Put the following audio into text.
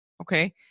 okay